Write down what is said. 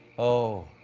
oh,